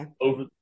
over